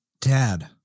Dad